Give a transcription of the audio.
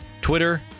Twitter